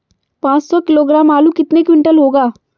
पाँच सौ किलोग्राम आलू कितने क्विंटल होगा?